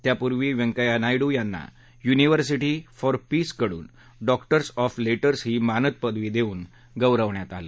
त्यापूर्वी व्यंकय्या नायडू यांना university for peace कडून डॉक ऊँ ऑफ लेऊँ ही मानद पदवी देऊन गौरवण्यात आलं